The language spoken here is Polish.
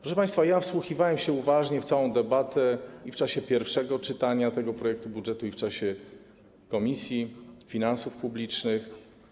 Proszę państwa, wsłuchiwałem się uważnie w całą debatę i w czasie pierwszego czytania tego projektu budżetu, i w czasie prac w Komisji Finansów Publicznych.